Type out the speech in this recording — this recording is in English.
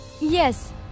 Yes